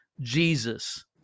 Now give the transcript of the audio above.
Jesus